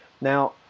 Now